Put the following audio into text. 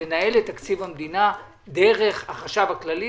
שלנהל את תקציב המדינה דרך החשב הכללי,